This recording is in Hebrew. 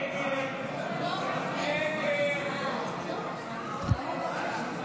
13 בעד, 58 נגד, שלושה נוכחים.